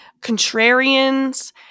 contrarians